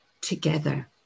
together